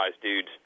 dudes